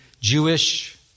Jewish